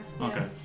Okay